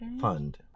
fund